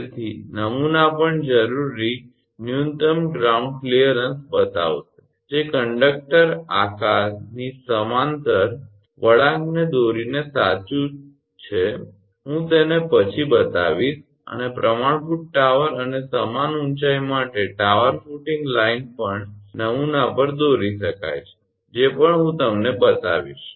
તેથી નમૂના પણ જરૂરી ન્યુનતમ ગ્રાઉન્ડ ક્લિયરન્સ બતાવશે જે કંડક્ટર આકાર વળાંકની સમાંતર વળાંકને દોરીને સાચું છે હું તેને પછી બતાવીશ અને પ્રમાણભૂત ટાવર અને સમાન ઊંચાઇ માટે ટાવર ફૂટિંગ લાઇન પણ નમૂના પર દોરી શકાય છે જે પણ હું તમને બતાવીશ